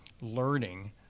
learning